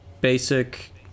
basic